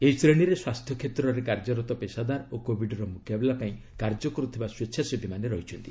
ଏହି ଶ୍ରେଣୀରେ ସ୍ୱାସ୍ଥ୍ୟ କ୍ଷେତ୍ରରେ କାର୍ଯ୍ୟରତ ପେଶାଦାର ଓ କୋବିଡ୍ର ମୁକାବିଲା ପାଇଁ କାର୍ଯ୍ୟ କରୁଥିବା ସ୍ୱେଚ୍ଛାସେବୀମାନେ ରହିଛନ୍ତି